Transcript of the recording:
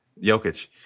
Jokic